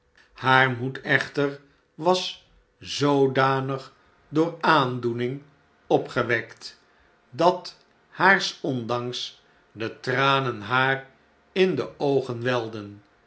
haar moed echter was zoodanig door aandoening opgewekt dat haars ondanks de tranen haar in de oogen welden